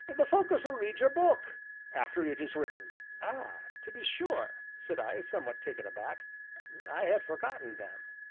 the folk as will read your book after it is written. ah! to be sure, said i, somewhat taken aback i had forgotten them.